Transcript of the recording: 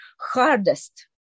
hardest